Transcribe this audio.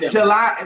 July